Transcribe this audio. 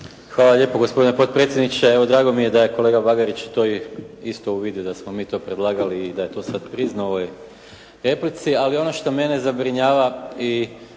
Hvala lijepo gospodine potpredsjedniče. Evo, drago mi je da je kolega Bagarić to isto uvidio da smo mi to predlagali i da je to sad priznao u ovoj replici, ali ono što mene zabrinjava i